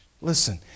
Listen